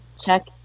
check